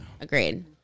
Agreed